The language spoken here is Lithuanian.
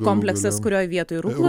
kompleksas kurio vietoj rukloj